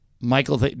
Michael